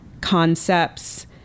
concepts